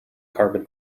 carbon